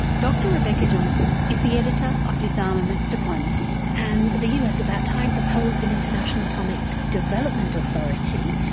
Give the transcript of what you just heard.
dr rebecca johnson is the editor of disarmament diplomacy. and the us at that time proposed an international atomic development authority.